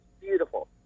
beautiful